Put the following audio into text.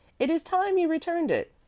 it is time you returned it.